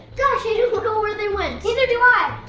know where they went? neither do i!